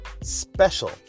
special